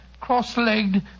cross-legged